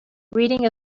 reading